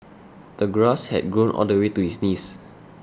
the grass had grown all the way to his knees